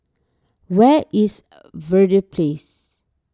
where is Verde Place